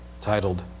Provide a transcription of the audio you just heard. titled